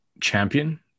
champion